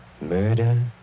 Murder